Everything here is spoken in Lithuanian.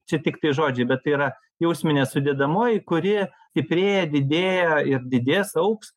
čia tiktai žodžiai bet tai yra jausminė sudedamoji kuri stiprėja didėja ir didės augs